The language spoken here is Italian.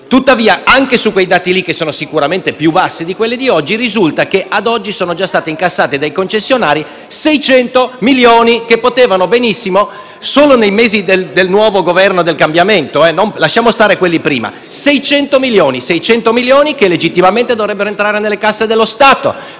Tuttavia, anche su quei dati, che sono sicuramente più bassi di quelli di oggi, risulta che ad oggi sono già stati incassati dai concessionari 600 milioni di euro, solo nei mesi del nuovo Governo del cambiamento - lasciamo stare quelli prima - che legittimamente sarebbero dovuti entrare nelle casse dello Stato,